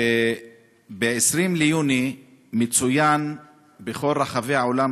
וב-20 ביוני מצוין בכל רחבי העולם,